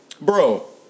Bro